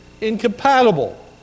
incompatible